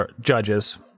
Judges